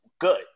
good